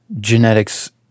Genetics